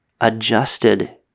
adjusted